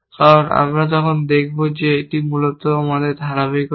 কারণ তখন আমরা দেখাব যে এটি মূলত আমাদের ধারাবাহিকতা